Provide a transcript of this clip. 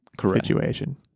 situation